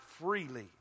freely